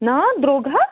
نا درٛوگ ہا